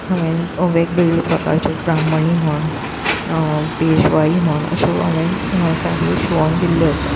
हांवें वेगवेगळ्यो प्रकारच्यो ब्राह्मणी म्हण पेशवाई म्हण अश्यो हांवें साडयो शिंवोन दिल्ल्यो आसा